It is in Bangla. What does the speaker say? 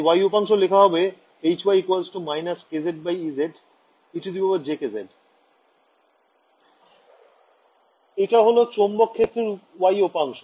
তাই y উপাংশ লেখা যাবে Hy − kz ez ejkz z ωμ এটা হল চৌম্বক ক্ষেত্রের y উপাংশ